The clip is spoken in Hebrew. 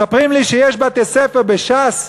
מספרים לי שיש בתי-ספר בש"ס,